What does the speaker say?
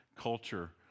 culture